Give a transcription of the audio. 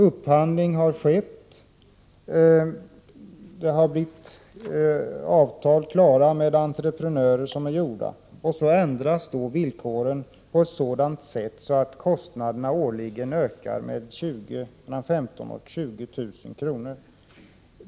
Upphandling har skett och avtal slutits med entreprenörer, och så ändras då villkoren på ett sådant sätt att de årliga kostnaderna ökar med mellan 15 000 och 20 000 kr.